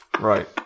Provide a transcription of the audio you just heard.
Right